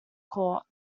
court